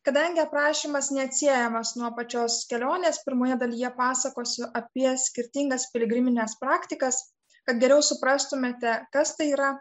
kadangi aprašymas neatsiejamas nuo pačios kelionės pirmoje dalyje pasakosiu apie skirtingas piligrimines praktikas kad geriau suprastumėte kas tai yra